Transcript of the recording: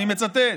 אני מצטט: